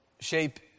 shape